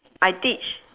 I teach